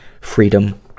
Freedom